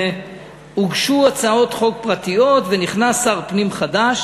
הוגשו הצעות חוק פרטיות, ונכנס שר פנים חדש,